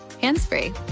hands-free